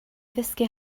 ddysgu